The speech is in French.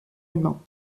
humain